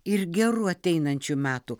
ir gerų ateinančių metų